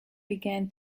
began